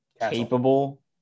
Capable